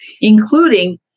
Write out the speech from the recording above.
including